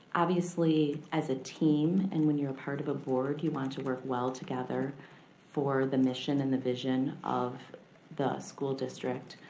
obviously as a team, and when you're a part of a board you want to work well together for the mission and the vision of the school district.